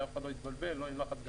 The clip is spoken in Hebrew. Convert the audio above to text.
שאף אחד לא יתבלבל לא עם לחץ גבוה,